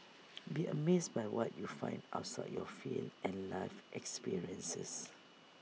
be amazed by what you find outside your field and life experiences